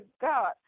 God